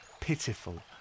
pitiful